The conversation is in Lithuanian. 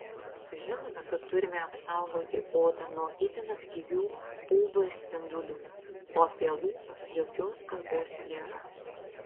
žinome kad turime apsaugoti odą nuo itin aktyvių uv spindulių o apie lūpas jokios kalbos nėra